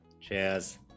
Cheers